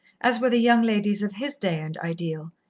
as were the young ladies of his day and ideal,